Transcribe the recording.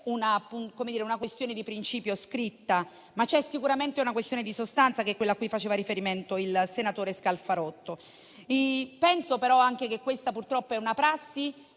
una questione di principio scritta, ma c'è sicuramente una questione di sostanza, che è quella a cui faceva riferimento il senatore Scalfarotto. Penso però che questa, purtroppo, sia una prassi